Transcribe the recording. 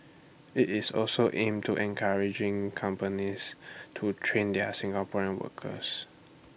IT is also aimed to encouraging companies to train their Singaporean workers